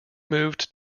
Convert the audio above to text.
moved